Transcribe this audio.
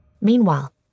Meanwhile